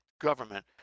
government